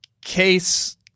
case